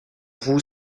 vous